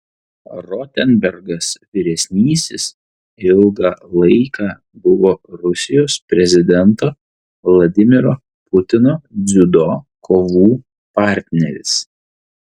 rotenbergas vyresnysis ilgą laiką buvo rusijos prezidento vladimiro putino dziudo kovų partneris